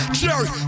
cherry